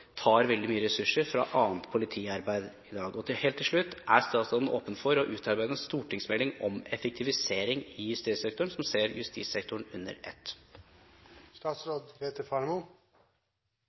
tar veldig mye ressurser fra annet politiarbeid i dag. Helt til slutt: Er statsråden åpen for å utarbeide en stortingsmelding om effektivisering i justissektoren som ser justissektoren under ett?